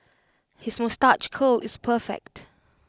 his moustache curl is perfect